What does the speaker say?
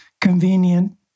convenient